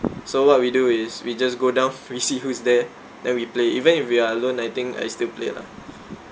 so what we do is we just go down we see who is there then we play even if we are alone I think I still play lah